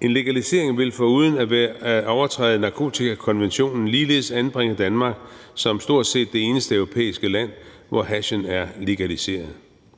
En legalisering vil foruden at overtræde narkotikakonventionen ligeledes anbringe Danmark som stort set det eneste europæiske land, hvor hashen er legaliseret.